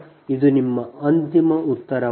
ಆದ್ದರಿಂದ ಇದು ನಿಮ್ಮ ಅಂತಿಮ ಉತ್ತರವಾಗಿದೆ